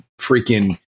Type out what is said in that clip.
freaking